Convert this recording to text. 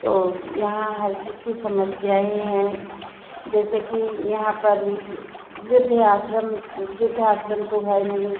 तो यहाँ हर चीज की समस्याऍं हैं जैसे कि यहाँ पर वृद्ध आश्रम वृद्ध आश्रम तो है नहीं